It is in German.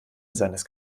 seines